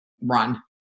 run